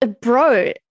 Bro